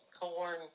corn